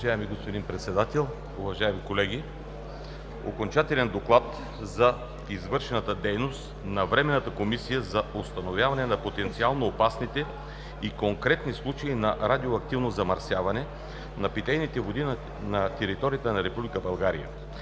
Уважаеми господин Председател, уважаеми колеги! „ОКОНЧАТЕЛЕН ДОКЛАД за извършената дейност на Временната комисия за установяване на потенциално опасните и конкретни случаи на радиоактивно замърсяване на питейните води на територията на Република България,